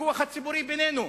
בוויכוח הציבורי בינינו.